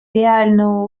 реально